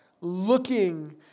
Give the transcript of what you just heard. Looking